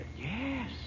Yes